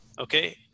Okay